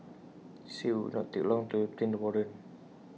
she said IT would not take long to obtain the warrant